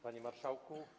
Panie Marszałku!